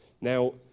Now